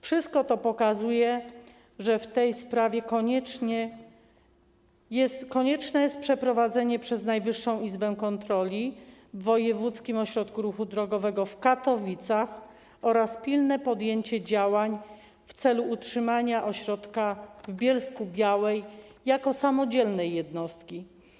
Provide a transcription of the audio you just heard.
Wszystko to pokazuje, że w tej sprawie konieczne jest przeprowadzenie przez Najwyższą Izbę Kontroli kontroli w Wojewódzkim Ośrodku Ruchu Drogowego w Katowicach oraz pilne podjęcie działań w celu utrzymania ośrodka w Bielsku-Białej jako samodzielnej jednostki.